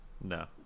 No